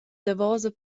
davosa